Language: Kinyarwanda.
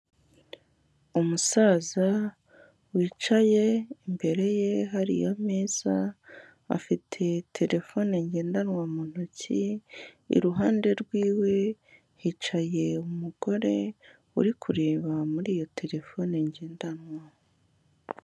Umusaza wicaye imbere ye hari ameza, afite telefone ngendanwa mu ntoki, iruhande rwiwe hicaye umugore uri kureba muri iyo telefone ngendanwa.